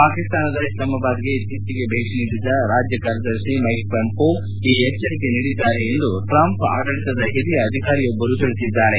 ಪಾಕಿಸ್ತಾನದ ಇಸ್ಲಾಮಾಬಾದ್ ಗೆ ಇತ್ತೀಚೆಗೆ ಭೇಟಿ ನೀಡಿದ್ದ ರಾಜ್ಯ ಕಾರ್ಯದರ್ಶಿ ಮೈಕ್ ಪೊಂಪೊಯ್ ಈ ಎಚ್ವರಿಕೆ ನೀಡಿದ್ದಾರೆ ಎಂದು ಟ್ರಂಪ್ ಆಡಳಿತದ ಹಿರಿಯ ಅಧಿಕಾರಿಯೊಬ್ಬರು ತಿಳಿಸಿದ್ದಾರೆ